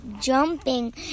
jumping